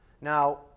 Now